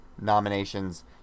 nominations